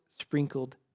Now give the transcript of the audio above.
sprinkled